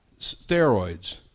steroids